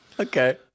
Okay